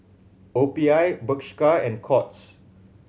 O P I Bershka and Courts